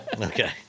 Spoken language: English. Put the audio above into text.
Okay